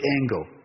angle